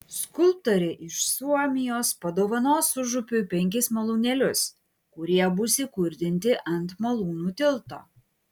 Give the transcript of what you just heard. skulptorė iš suomijos padovanos užupiui penkis malūnėlius kurie bus įkurdinti ant malūnų tilto